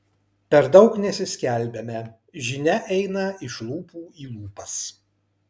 per daug nesiskelbiame žinia eina iš lūpų į lūpas